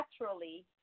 naturally